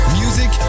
music